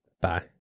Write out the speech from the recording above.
Bye